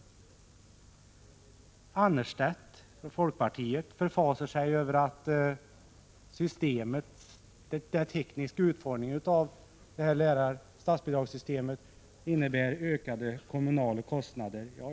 Ylva Annerstedt från folkpartiet förfasar sig över att den tekniska utformningen av statsbidragssystemet innebär ökade kommunala kostnader.